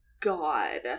god